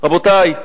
רבותי,